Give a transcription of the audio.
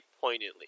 poignantly